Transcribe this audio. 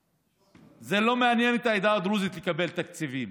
זה לא מעניין את העדה הדרוזית לקבל תקציבים.